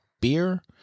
beer